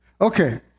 Okay